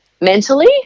mentally